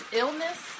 illness